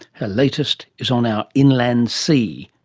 her latest is on our inland sea,